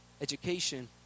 education